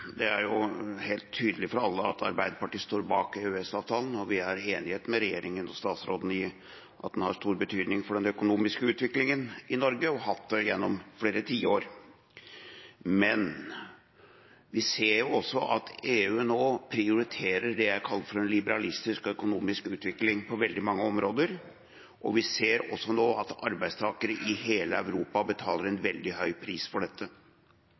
i at den har stor betydning for den økonomiske utviklingen i Norge, og at den har hatt det gjennom flere tiår. Men vi ser også at EU nå prioritererer det jeg kaller en liberalistisk økonomisk utvikling, på veldig mange områder, og at arbeidstakere i hele Europa betaler en veldig høy pris for dette.